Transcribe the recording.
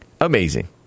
Amazing